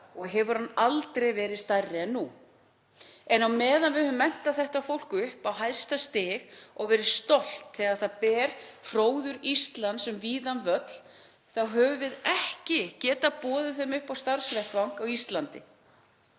og hefur hann aldrei verið stærri en nú. En á meðan við höfum menntað þetta fólk upp á hæsta stig og verið stolt þegar það ber hróður Íslands um víðan völl þá höfum við ekki getað boðið þeim upp á starfsvettvang á Íslandi.